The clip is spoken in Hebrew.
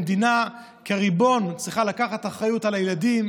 המדינה כריבון צריכה לקחת אחריות על הילדים,